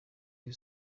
uyu